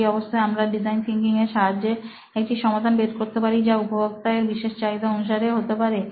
সেই অবস্থায় আমরা ডিজাইন থিংকিং এর সাহায্যে একটা সমাধান বের করতে পারি যা উপভোক্তা এর বিশেষ চাহিদা অনুসারে হতে পারে